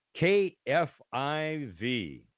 KFIV